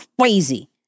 crazy